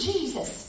Jesus